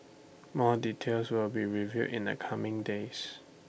more details will be revealed in the coming days